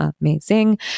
amazing